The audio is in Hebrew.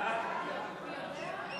נתקבלו.